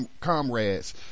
comrades